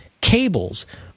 cables